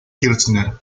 kirchner